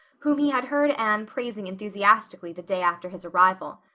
whom he had heard anne praising enthusiastically the day after his arrival.